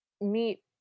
meet